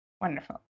Wonderful